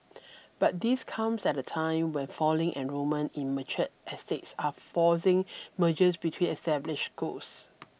but this comes at a time when falling enrolment in matured estates are forcing mergers between established schools